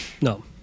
No